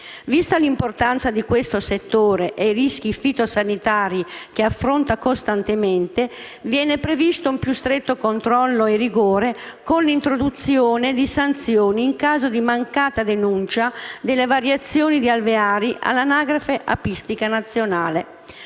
Vista l'importanza di questo settore e i rischi fitosanitari che affronta costantemente, viene previsto un più stretto controllo e rigore con l'introduzione di sanzioni in caso di mancata denuncia delle variazioni di alveari all'anagrafe apistica nazionale.